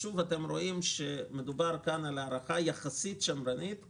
מדובר כאן על הערכה שמרנית יחסית.